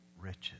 riches